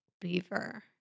beaver